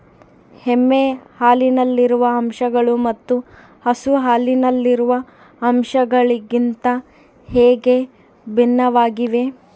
ಎಮ್ಮೆ ಹಾಲಿನಲ್ಲಿರುವ ಅಂಶಗಳು ಮತ್ತು ಹಸು ಹಾಲಿನಲ್ಲಿರುವ ಅಂಶಗಳಿಗಿಂತ ಹೇಗೆ ಭಿನ್ನವಾಗಿವೆ?